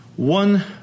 One